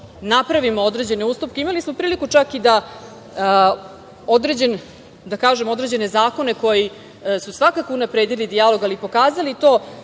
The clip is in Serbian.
napravimo određene ustupke, imali smo priliku čak i da određene zakone koji su svakako unapredili dijalog, ali i pokazali i